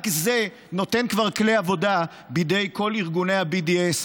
רק זה נותן כבר כלי עבודה בידי כל ארגוני ה-BDS,